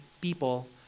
people